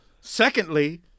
Secondly